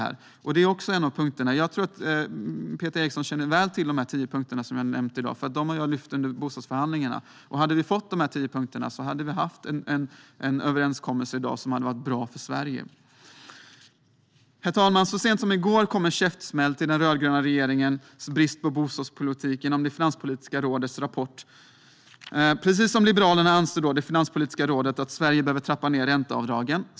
Jag tror att Peter Eriksson känner väl till de tio punkter som jag har tagit upp, eftersom jag har lyft fram dem under bostadsförhandlingarna. Om vi hade fått igenom dessa tio punkter hade vi i dag haft en överenskommelse som hade varit bra för Sverige. Herr talman! Så sent som i går kom en käftsmäll till den rödgröna regeringens brist på bostadspolitik i Finanspolitiska rådets rapport. Precis som Liberalerna anser Finanspolitiska rådet att Sverige behöver trappa ned ränteavdragen.